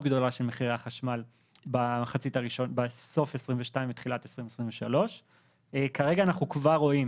גדולה של מחירי החשמל בסוף 2023 ותחילת 2023. כרגע אנחנו כבר רואים